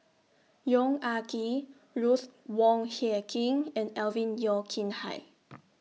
Yong Ah Kee Ruth Wong Hie King and Alvin Yeo Khirn Hai